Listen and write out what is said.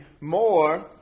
more